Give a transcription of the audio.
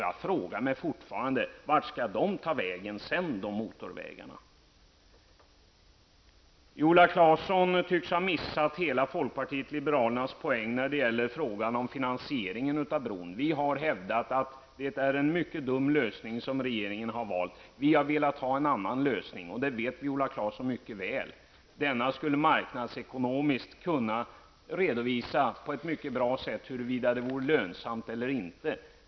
Jag frågar mig fortfarande vad som sedan skall hända med dessa motorvägar. Viola Claesson tycks ha missat folkpartiets poäng när det gäller frågan om finansiering av bron. Vi har hävdat att den lösning som regeringen har valt är mycket dålig. Vi hade hellre sett en annan lösning, och det vet Viola Claesson mycket väl. Vår lösning skulle ha kunnat visa på ett mycket bra marknadsekonomiskt sätt huruvida bron blir lönsam eller inte.